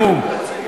המום.